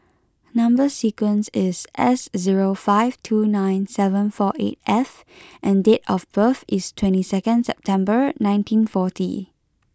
number sequence is S zero five two nine seven four eight F and date of birth is twenty second October nineteen forty